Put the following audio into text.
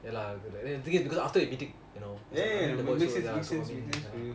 ya ya ya it makes sense makes sense